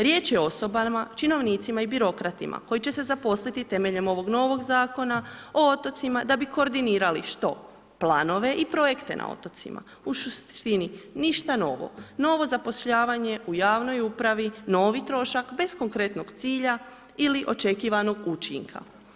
Riječ je osobama, činovnicima i birokratima koji će se zaposliti temeljem ovog novog Zakona o otocima da bi koordinirali što planove i projekte na otocima, u suštini ništa novo, novo zapošljavanje u javnoj upravi, novi trošak bez konkretnog cilja ili očekivanog učinka.